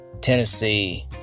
Tennessee